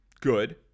good